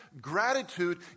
gratitude